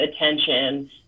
attention